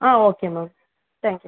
ah okay ma'am thank you ma'am